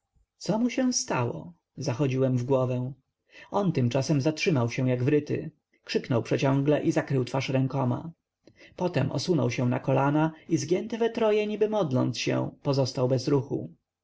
co mu się stało zachodziłem w głowę on tymczasem zatrzymał się jak wryty krzyknął przeciągle i zakrył twarz rękoma potem osunął się na kolana i zgięty we troje niby modląc się pozostał bez ruchu